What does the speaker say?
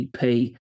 EP